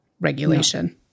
regulation